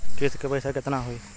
किस्त के पईसा केतना होई?